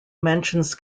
mentions